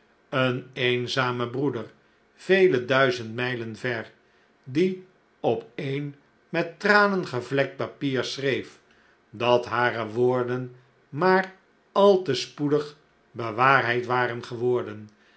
een eenzame broeder vele duizendmijlen ver die op een met tranen gevlekt papier schreef dat hare woorden maar al te spoedig bewaarheid waren geworden